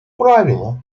правила